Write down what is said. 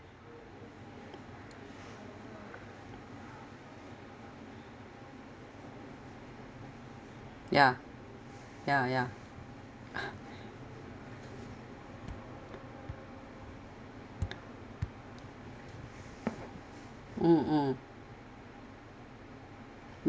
ya ya ya mmhmm